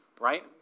Right